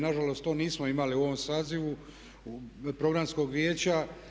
Na žalost to nismo imali u ovom sazivu Programskog vijeća.